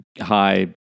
high